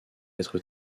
être